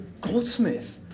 Goldsmith